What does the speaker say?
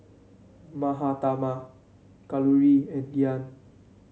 Mahatma Kalluri and Dhyan